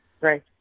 right